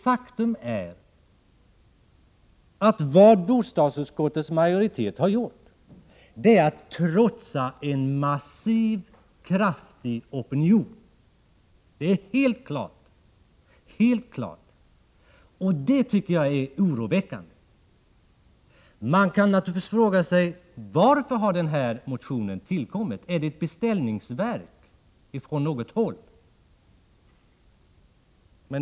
Faktum är att vad bostadsutskottets majoritet har gjort är att man har trotsat en massiv, kraftig opinion — det är helt klart — och det är oroväckande. Man kan naturligtvis fråga sig: Varför har motionen i fråga tillkommit? Är den ett beställningsverk från något håll?